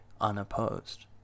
unopposed